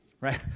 right